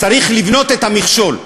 צריך לבנות את המכשול.